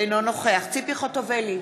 אינו נוכח ציפי חוטובלי,